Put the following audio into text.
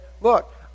look